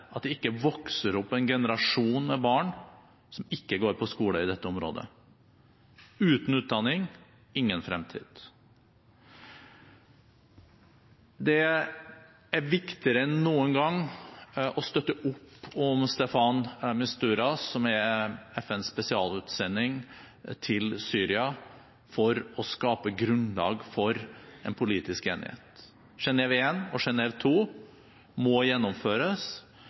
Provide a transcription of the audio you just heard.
at det ikke vokser opp en generasjon med barn som ikke går på skole i dette området – uten utdanning, ingen fremtid. Det er viktigere enn noen gang å støtte opp om Staffan de Mistura, som er FNs spesialutsending til Syria, for å skape grunnlag for en politisk enighet. Genève 1 og Genève 2 må gjennomføres,